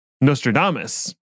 Nostradamus